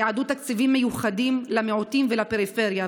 תייעדו תקציבים מיוחדים למיעוטים ולפריפריה,